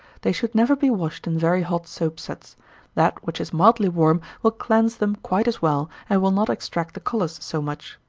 they should never be washed in very hot soap suds that which is mildly warm will cleanse them quite as well, and will not extract the colors so much.